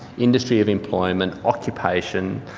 industry of employment, occupation.